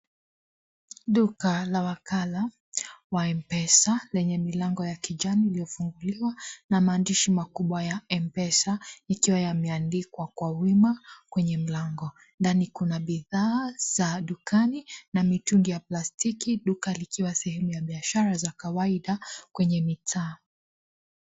Duka la wakala wa M-pesa lenye milango ya kijani iliyofungiwa, na maandishi makubwa ya M-pesa ikiwa yameandikwa kwa wema kwenye mlango. Ndani kuna bidhaa za dukani na mitungi ya plastiki. Duka likiwa sehemu ya biashara za kawaida kwenye mitaa.